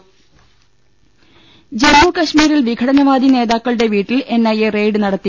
് ജമ്മുകശ്മീരിൽ വിഘടനവാദി നേതാക്കളുടെ വീട്ടിൽ എൻഐ റെയ്ഡ് നടത്തി